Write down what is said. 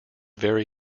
very